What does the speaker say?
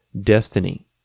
destiny